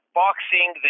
boxing